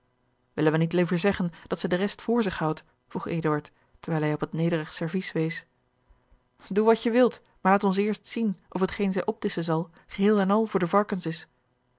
willen wij niet liever zeggen dat zij de rest voor zich houdt vroeg eduard terwijl hij op het nederig servies wees doe wat je wilt maar laat ons eerst zien of hetgeen zij opdisschen zal geheel en al voor de varkens is